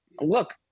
look